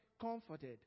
comforted